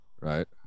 right